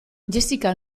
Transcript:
jessica